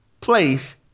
place